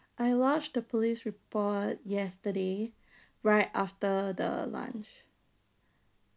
I lodged the police report yesterday right after the lunch